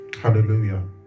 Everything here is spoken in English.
Hallelujah